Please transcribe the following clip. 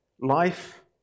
Life